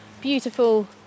beautiful